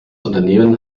unternehmen